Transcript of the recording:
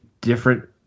different